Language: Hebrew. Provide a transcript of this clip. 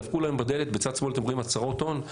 דפקו להם בדלת בצד שמאל אתם רואים הצהרות הון,